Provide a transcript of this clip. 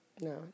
no